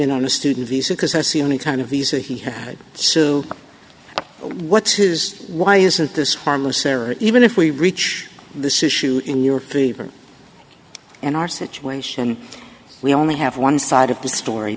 in on a student visa because that's the only kind of these are he good so what's his why isn't this harmless error even if we reach this issue in your favor and our situation we only have one side of the story